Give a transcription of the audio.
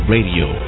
Radio